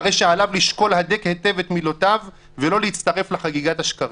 הרי שעליו לשקול הדק היטב את מילותיו ולא להצטרף לחגיגת השקרים.